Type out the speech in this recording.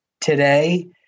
today